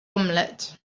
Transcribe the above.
omelette